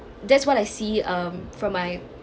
that's what I see um for my